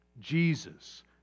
Jesus